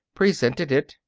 presented it.